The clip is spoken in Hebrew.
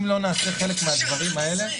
אם לא נעשה חלק מהדברים האלה,